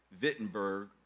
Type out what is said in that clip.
Wittenberg